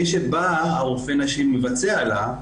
מי שבאה, הרופא נשים מבצע לה,